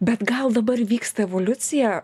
bet gal dabar vyksta evoliucija